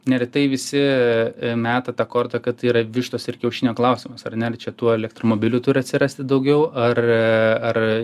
neretai visi meta tą kortą kad tai yra vištos ir kiaušinio klausimas ar ne ar čia tų elektromobilių turi atsirasti daugiau ar ar